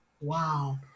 Wow